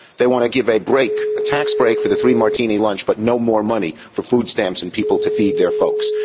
they want to give a break a tax break for the three martini lunch but no more money for food stamps and people to feed their folks.